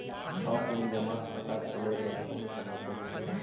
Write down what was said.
Offline जमा खाता खोले बर कौन करना पड़ही?